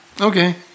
Okay